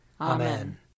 Amen